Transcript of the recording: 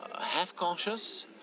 half-conscious